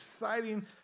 exciting